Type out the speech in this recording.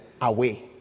away